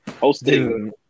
Hosting